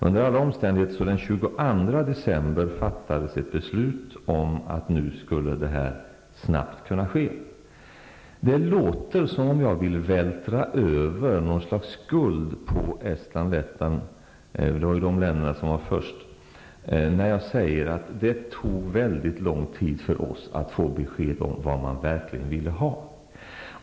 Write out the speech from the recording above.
Under alla omständigheter fattades det den 22 december ett beslut om att detta nu snabbt skulle kunna ske. Det låter som om jag vill vältra över något slags skuld på Estland och Lettland -- de länder som först var aktuella -- när jag säger att det tog väldigt lång tid för oss att få besked om vad man i dessa länder verkligen ville ha.